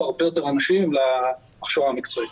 הרבה אנשים נוספים להכשרה המקצועית.